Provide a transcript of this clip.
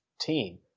team